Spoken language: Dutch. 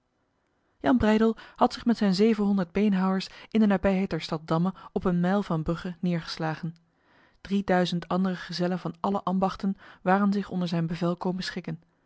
jan breydel had zich met zijn zevenhonderd beenhouwers in de nabijheid der stad damme op een mijl van brugge neergeslagen drieduizend andere gezellen van alle ambachten waren zich onder zijn bevel komen schikken